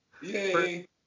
Yay